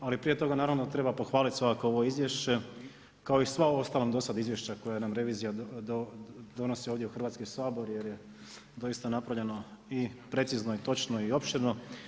Ali najprije naravno treba pohvaliti svakako ovo izvješće kao i sva ostala do sada izvješća koja nam revizija donosi ovdje u Hrvatski sabor jer je doista napravljeno i precizno, i točno, i opširno.